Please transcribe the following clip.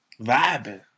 vibing